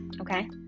Okay